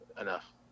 enough